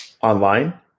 online